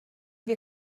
wir